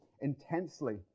intensely